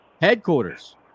headquarters